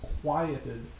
quieted